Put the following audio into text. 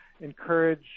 encourage